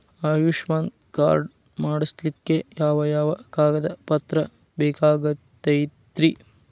Ayushman card ಮಾಡ್ಸ್ಲಿಕ್ಕೆ ಯಾವ ಯಾವ ಕಾಗದ ಪತ್ರ ಬೇಕಾಗತೈತ್ರಿ?